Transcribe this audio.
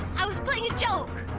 i was playing a joke.